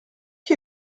qui